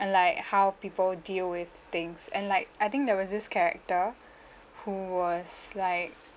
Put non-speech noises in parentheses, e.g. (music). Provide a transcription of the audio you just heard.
and like how people deal with things and like I think there was this character (breath) who was like